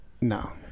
no